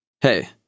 Hey